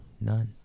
none